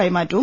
കൈമാറ്റവും